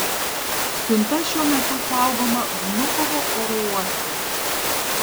siunta šiuo metu saugoma vnukovo oro uoste